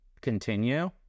continue